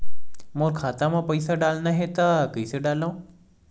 मोर खाता म पईसा डालना हे त कइसे डालव?